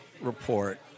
report